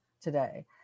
today